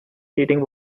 heating